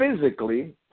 physically